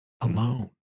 alone